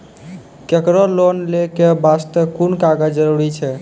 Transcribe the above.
केकरो लोन लै के बास्ते कुन कागज जरूरी छै?